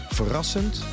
verrassend